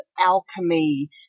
alchemy